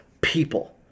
people